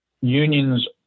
unions